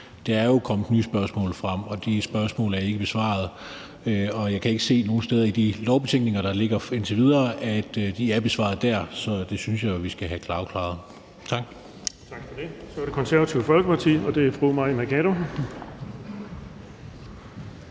Der er jo kommet nye spørgsmål frem, og de spørgsmål er ikke besvaret. Jeg kan ikke se nogen steder i de betænkninger, der ligger indtil videre, at de er besvaret der. Så det synes jeg jo vi skal have afklaret. Tak. Kl. 14:29 Den fg. formand (Erling Bonnesen): Tak for det. Så er det Det Konservative Folkeparti, og det er fru Mai Mercado.